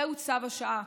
זהו צו השעה.